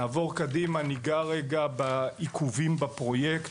נעבור קדימה, ניגע רגע בעיכובים בפרויקט.